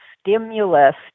stimulus